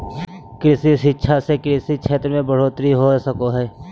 कृषि शिक्षा से कृषि क्षेत्र मे बढ़ोतरी हो सको हय